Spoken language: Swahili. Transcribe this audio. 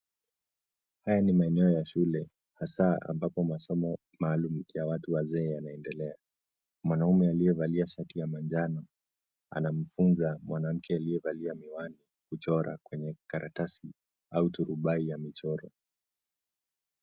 Haya ni maeneo ya shule hasa ambapo masomo maalum ya watu wazee yanaendelea. Mwanaume aliyevalia shati ya manjano anamfunza mwanamke aliyevaa miwani kuchora kwenye karatasi au turubai ya mchoro.